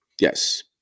Yes